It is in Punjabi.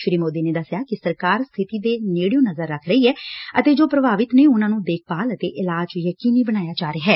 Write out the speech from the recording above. ਸ੍ਰੀ ਮੋਦੀ ਨੇ ਦਸਿਆ ਕਿ ਸਰਕਾਰ ਸਬਿਤੀ ਤੇ ਨੇੜਿਓਂ ਨਜ਼ਰ ਰੱਖ ਰਹੀ ਏ ਅਤੇ ਜੋ ਪੁਭਾਵਿਤ ਨੇ ਉਨਾਂ ਨੂੰ ਦੇਖਭਾਲ ਅਤੇ ਇਲਾਜ ਯਕੀਨੀ ਬਣਾਇਆ ਜਾ ਰਿਹੈ